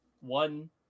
One